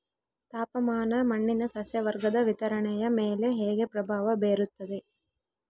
ತಾಪಮಾನ ಮಣ್ಣಿನ ಸಸ್ಯವರ್ಗದ ವಿತರಣೆಯ ಮೇಲೆ ಹೇಗೆ ಪ್ರಭಾವ ಬೇರುತ್ತದೆ?